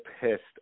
pissed